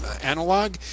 analog